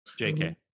JK